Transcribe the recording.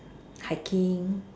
hiking